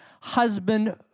husband